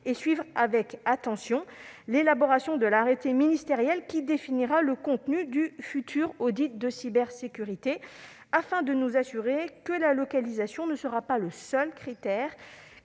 et suivre avec attention l'élaboration de l'arrêté ministériel qui définira le contenu du futur audit de cybersécurité, afin de nous assurer que la localisation ne sera pas le seul gage